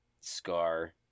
scar